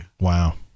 Wow